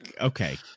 Okay